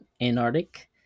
Antarctic